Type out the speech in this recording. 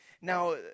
Now